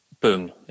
boom